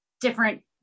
Different